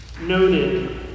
noted